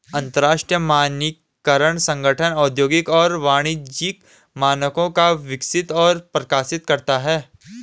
अंतरराष्ट्रीय मानकीकरण संगठन औद्योगिक और वाणिज्यिक मानकों को विकसित और प्रकाशित करता है